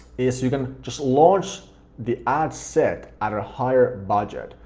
is you can just launch the ad set at a higher budget.